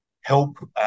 help